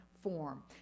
form